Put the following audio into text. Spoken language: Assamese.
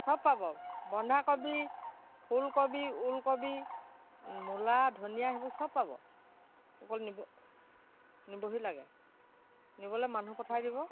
চব পাব বন্ধাকবি ফুলকবি ওলকবি মূলা ধনীয়া সেইবোৰ চব পাব অকল নিব নিবহি লাগে নিবলৈ মানুহ পঠাই দিব